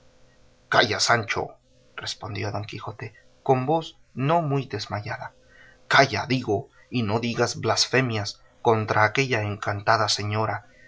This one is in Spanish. calla sancho respondió don quijote con voz no muy desmayada calla digo y no digas blasfemias contra aquella encantada señora